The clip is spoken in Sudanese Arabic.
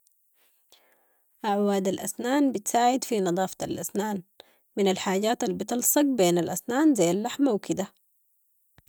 اعواد الاسنان بتساعد في نضافة الاسنان من الحاجات البتلصق بين الاسنان زي اللحمة و كده.